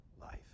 life